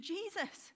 Jesus